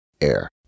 air